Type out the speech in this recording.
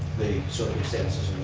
circumstances